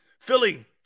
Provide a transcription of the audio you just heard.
Philly